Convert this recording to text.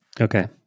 Okay